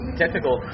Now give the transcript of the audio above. technical